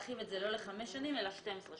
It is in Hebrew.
הם ביקשו להרחיב את זה לא לחמש שנים אלא ל-12 שנים.